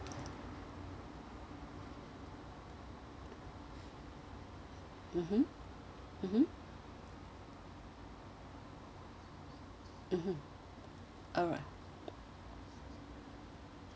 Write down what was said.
(mmhmm mmhmm mmhmm alright